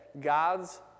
God's